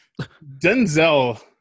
Denzel